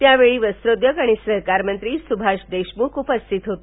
यावेळी वस्तोधोग आणि सहकार मंत्री सुभाष देशमुख उपस्थित होते